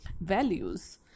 values